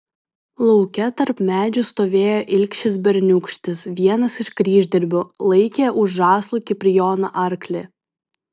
lauke tarp medžių stovėjo ilgšis berniūkštis vienas iš kryždirbių laikė už žąslų kiprijono arklį